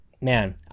Man